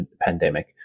pandemic